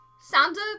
Santa